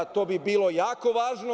To bi bilo jako važno.